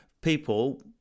people